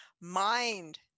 mind